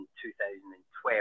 2012